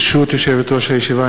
ברשות יושבת-ראש הישיבה,